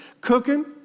cooking